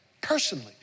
personally